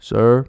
Sir